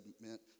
meant